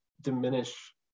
diminish